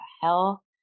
hell